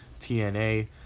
TNA